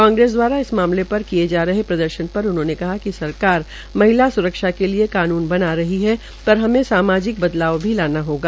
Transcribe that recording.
कांग्रेस द्वारा इस मामले पर किये जा रहे प्रदर्शन पर उन्होंने कहा कि सरकार महिला स्रक्षा के लिए कानून बना रही है पर हमें सामाजिक बदलाव भी लाना होगा